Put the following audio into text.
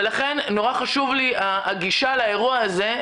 לכן נורא חשוב לי הגישה לאירוע הזה: